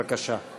בבקשה.